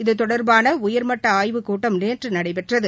இதுதொடர்பான உயர்மட்ட ஆய்வுக் கூட்டம் நேற்று நடைபெற்றது